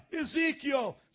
Ezekiel